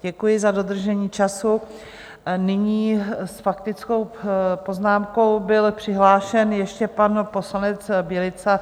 Děkuji za dodržení času a nyní s faktickou poznámkou byl přihlášen ještě pan poslanec Bělica.